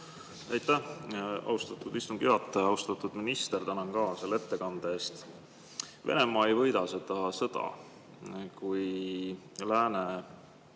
Aitäh, austatud istungi juhataja! Austatud minister! Tänan ka selle ettekande eest. Venemaa ei võida seda sõda, kui lääne